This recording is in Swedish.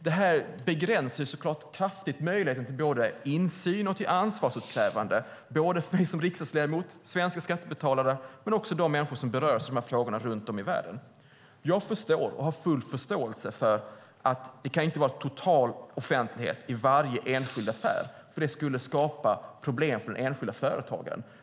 Det här begränsar såklart kraftigt möjligheten till både insyn och ansvarsutkrävande för mig som riksdagsledamot, för svenska skattebetalare och för de människor runt om i världen som berörs av de här frågorna. Jag har full förståelse för att det inte kan vara total offentlighet i varje enskild affär, för det skulle skapa problem för de enskilda företagarna.